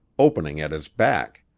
opening at his back.